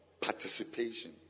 participation